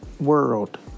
world